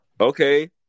Okay